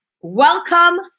welcome